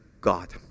God